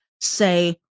say